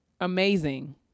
amazing